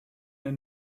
den